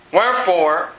wherefore